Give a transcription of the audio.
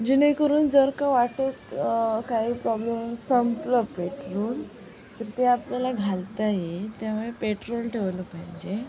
जेणेकरून जर का वाटेत काही प्रॉब्लेम संपलं पेट्रोल तर ते आपल्याला घालता येईल त्यामुळे पेट्रोल ठेवलं पाहिजे